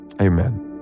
amen